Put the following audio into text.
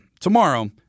tomorrow